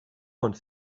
one